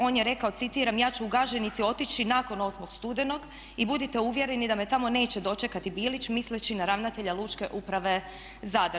On je rekao, citiram: "Ja ću u Gaženicu otići nakon 8. studenog i budite uvjereni da me tamo neće dočekati Bilić." misleći na ravnatelja Lučke uprave Zadar.